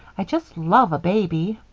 i just love a baby.